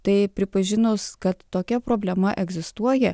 tai pripažinus kad tokia problema egzistuoja